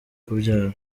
kubyara